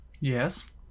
Yes